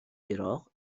عراق